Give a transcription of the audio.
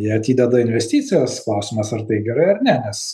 jie atideda investicijas klausimas ar tai gerai ar ne nes